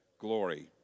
Glory